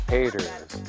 Haters